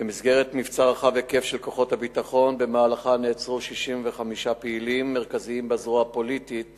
במסגרת מבצע רחב היקף שבמהלכו נעצרו 65 פעילים מרכזיים בזרוע הפוליטית